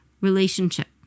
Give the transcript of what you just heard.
relationship